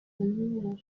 nubwo